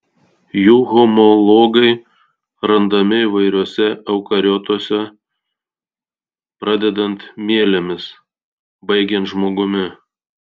jų homologai randami įvairiuose eukariotuose pradedant mielėmis baigiant žmogumi